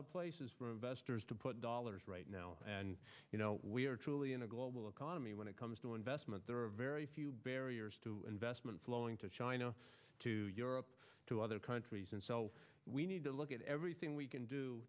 of places for investors to put dollars right now and we are truly in a global economy when it comes to investment there are very few barriers to investment flowing to china to europe to other countries and so we need to look at everything we can do